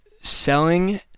selling